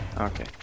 Okay